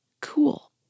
cool